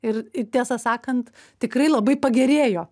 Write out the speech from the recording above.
ir tiesą sakant tikrai labai pagerėjo